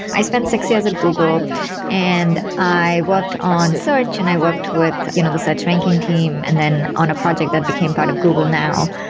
i spent six years at google and i worked on search and i worked with you know the search ranking team and then on a project that became part of google now.